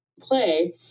play